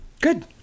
good